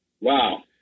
Wow